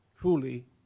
truly